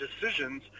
decisions